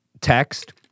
text